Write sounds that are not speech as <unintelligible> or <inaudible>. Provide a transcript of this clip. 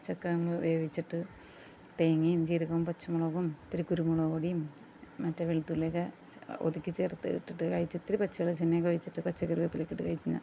ചക്ക നമ്മൾ വേവിച്ചിട്ട് തേങ്ങയും ജീരകം പച്ചമുളകും ഇത്തിരി കുരുമുളക് പൊടിയും മറ്റേ വെളുത്തുള്ളിയൊക്കെ ച ഒതുക്കിച്ചേര്ത്ത് ഇട്ടിട്ട് വയിച്ചിത്തിരി പച്ചമുളക് <unintelligible> കുഴച്ചിട്ട് പച്ചക്കറിവേപ്പിലയൊക്കെയിട്ട് വെച്ച് കഴിഞ്ഞാൽ